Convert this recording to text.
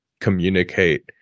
communicate